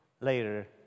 later